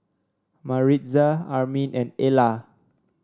Maritza Armin and Ellar